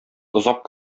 озак